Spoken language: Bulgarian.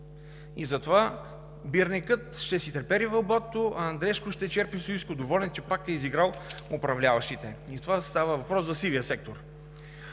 Затова бирникът ще си трепери в блатото, а Андрешко ще черпи сили доволен, че пак е изиграл управляващите. Става въпрос за сивия сектор.